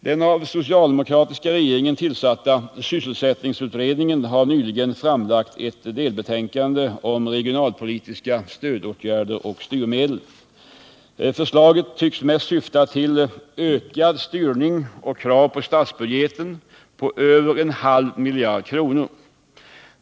Den av den socialdemokratiska regeringen tillsatta sysselsättningsutredningen har nyligen framlagt ett delbetänkande om regionalpolitiska stödåtgärder och styrmedel. Förslaget tycks mest syfta till ökad styrning och krav på statsbudgeten på över en halv miljard kronor.